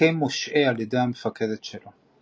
קיי מושעה על ידי המפקדת שלו.